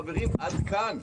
חברים, עד כאן.